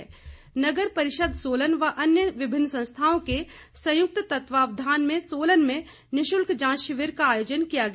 जांच शिविर नगर परिषद सोलन व अन्य विभिन्न संस्थाओं के संयुक्त तत्वावधान में सोलन में निशुल्क जांच शिविर का आयोजन किया गया